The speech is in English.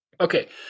Okay